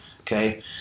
okay